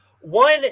one